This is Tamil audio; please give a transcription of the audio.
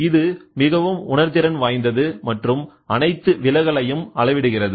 இது மிகவும் உணர்திறன் வாய்ந்தது மற்றும் அனைத்து விலகலையும் அளவிடுகிறது